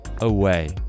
away